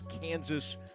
Kansas